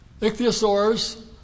ichthyosaurs